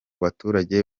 baturage